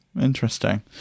interesting